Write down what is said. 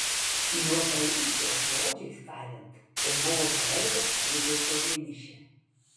juodaūsio žodžiais tariant tai buvo palaido elgesio vienišė